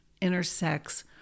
intersects